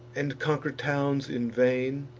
and conquer towns in vain?